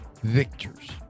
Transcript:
victors